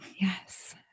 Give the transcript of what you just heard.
Yes